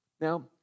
Now